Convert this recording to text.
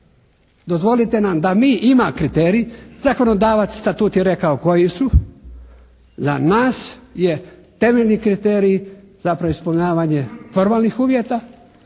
Dozvolite nam da mi ima kriterij, zakonodavac, Statut je rekao koji su. Za nas je temeljni kriterij za ispunjavanje formalnih uvjeta,